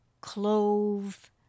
clove